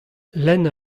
lenn